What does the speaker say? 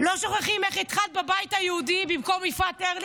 לא שוכחים איך התחלת בבית היהודי במקום יפעת ארליך,